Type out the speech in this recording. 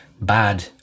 bad